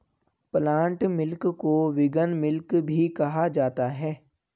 plant milk को vegan milk भी कहा जाता है